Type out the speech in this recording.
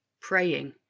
praying